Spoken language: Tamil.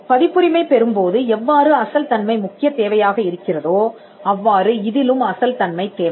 பதிப்புரிமை பெறும்போது எவ்வாறு அசல் தன்மை முக்கியத் தேவையாக இருக்கிறதோ அவ்வாறு இதிலும் அசல் தன்மை தேவை